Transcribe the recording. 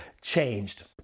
changed